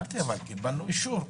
אמרתי: אבל קיבלנו אישור.